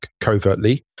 covertly